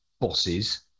bosses